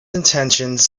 intentions